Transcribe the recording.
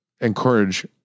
encourage